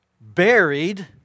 buried